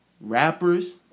Rappers